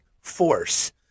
force